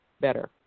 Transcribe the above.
better